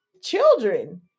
children